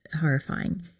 horrifying